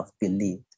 believed